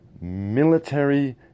military